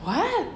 what